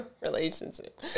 relationship